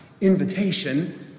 invitation